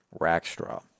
Rackstraw